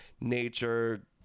nature